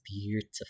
beautiful